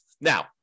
Now